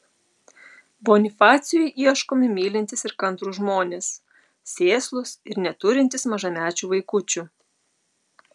bonifacijui ieškomi mylintys ir kantrūs žmonės sėslūs ir neturintys mažamečių vaikučių